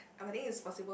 but I think it's possible